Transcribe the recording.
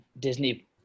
Disney